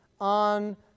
on